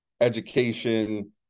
Education